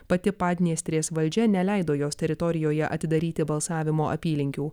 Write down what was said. pati padniestrės valdžia neleido jos teritorijoje atidaryti balsavimo apylinkių